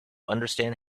understand